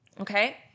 Okay